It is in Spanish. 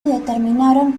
determinaron